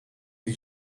die